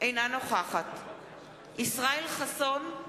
אינה נוכחת ישראל חסון,